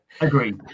Agreed